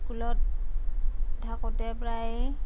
স্কুলত থাকোঁতে প্ৰায়ে